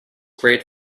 great